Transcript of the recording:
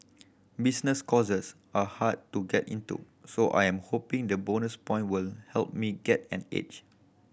business courses are hard to get into so I am hoping the bonus point will help me get an edge